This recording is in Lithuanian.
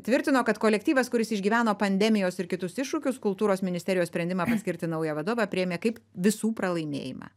tvirtino kad kolektyvas kuris išgyveno pandemijos ir kitus iššūkius kultūros ministerijos sprendimą paskirti naują vadovą priėmė kaip visų pralaimėjimą